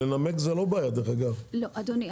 לנמק זה לא בעיה, דרך אגב, אפשר לנמק כל דבר.